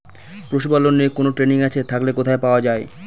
পশুপালন নিয়ে কোন ট্রেনিং আছে থাকলে কোথায় পাওয়া য়ায়?